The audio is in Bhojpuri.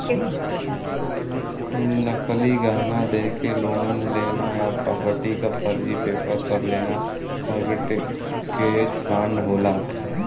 नकली गहना देके लोन लेना या प्रॉपर्टी क फर्जी पेपर पर लेना मोर्टगेज फ्रॉड होला